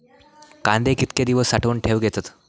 कांदे कितके दिवस साठऊन ठेवक येतत?